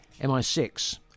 MI6